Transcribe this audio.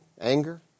Anger